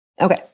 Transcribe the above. Okay